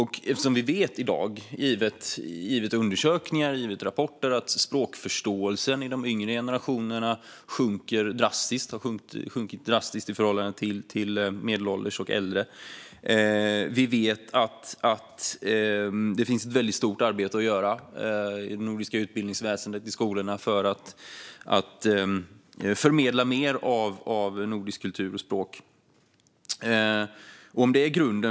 I dag vet vi, givet undersökningar och rapporter, att språkförståelsen i de yngre generationerna har sjunkit drastiskt i förhållande till medelålders och äldre, och vi vet att det finns ett väldigt stort arbete att göra i det nordiska utbildningsväsendet och i skolorna för att förmedla mer av nordisk kultur och nordiska språk.